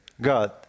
God